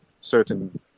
certain